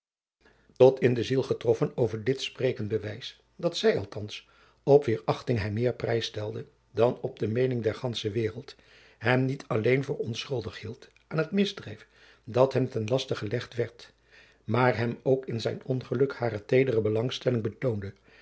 tot in de ziel getroffen over dit sprekend bewijs dat zij althands op wier achting hij meer prijs stelde dan op de meening der gandsche waereld hem niet alleen voor onschuldig hield aan het misdrijf dat hem ten laste gelegd werd maar hem ook in zijn ongeluk hare tedere belangstelling betoonde